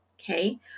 okay